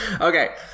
okay